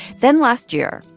then last year,